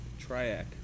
Triac